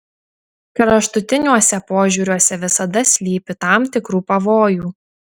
kraštutiniuose požiūriuose visada slypi tam tikrų pavojų